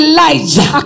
Elijah